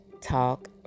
talk